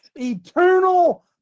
Eternal